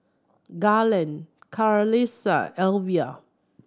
Garland Clarissa Alvia